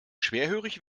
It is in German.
schwerhörig